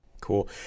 Cool